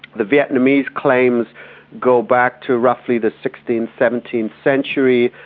the vietnamese claims go back to roughly the sixteenth seventeenth century.